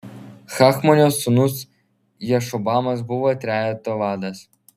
hachmonio sūnus jašobamas buvo trejeto vadas